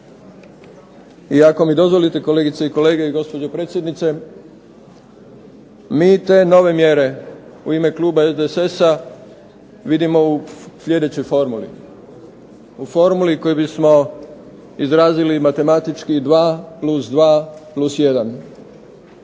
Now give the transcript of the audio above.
I ako mi dozvolite kolegice i kolege i gospođo predsjednice, mi te nove mjere u ime kluba SDSS-a vidimo u sljedećoj formuli, u formuli koju bismo izrazili matematički 2+2+1.